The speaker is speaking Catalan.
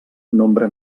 nombre